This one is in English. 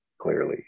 clearly